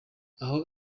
aho